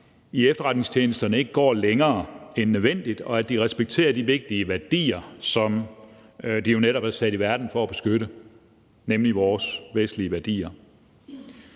i efterretningstjenesterne ikke går længere end nødvendigt, og at de respekterer de vigtige værdier, som de jo netop er sat i verden for at beskytte, nemlig vores vestlige værdier.